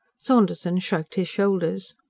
saunderson shrugged his shoulders.